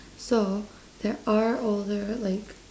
so there are older like